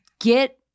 get